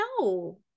No